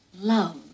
love